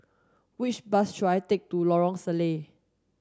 which bus should I take to Lorong Salleh